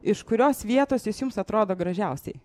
iš kurios vietos jis jums atrodo gražiausiai